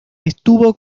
estuvo